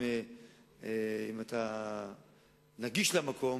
אם אתה נגיש למקום,